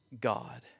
God